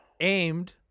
Aimed